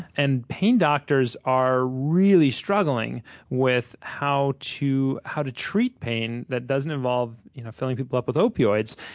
and pain doctors are really struggling with how to how to treat pain that doesn't involve filling people up with opioids.